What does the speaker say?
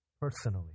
personally